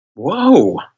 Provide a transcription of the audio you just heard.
Whoa